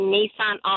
Nissan